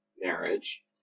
marriage